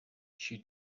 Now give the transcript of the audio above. she